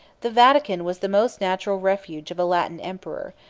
the vatican was the most natural refuge of a latin emperor,